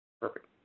perfect